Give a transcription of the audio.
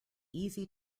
easy